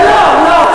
לא, לא, לא.